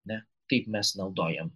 ne kaip mes naudojam